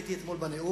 הייתי אתמול בנאום,